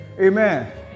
Amen